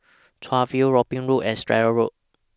Chuan View Robin Road and Stratton Road